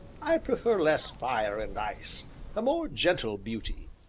i prefer less fire and ice and more gentle beauty.